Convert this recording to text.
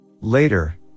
Later